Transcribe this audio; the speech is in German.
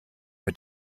mit